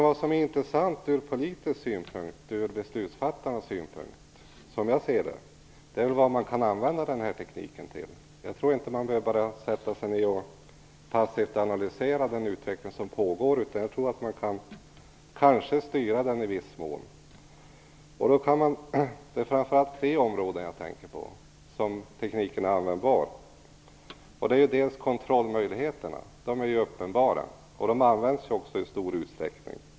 Vad som är intressant ur de politiska beslutsfattarnas synpunkt, som jag ser det, är vad man kan använda den här tekniken till. Man behöver inte bara passivt analysera den utveckling som pågår. Man kanske kan i viss mån styra den. Det är framför allt tre områden jag tänker på där tekniken är användbar. Först är det kontrollmöjligheterna, som är uppenbara och används i stor utsträckning.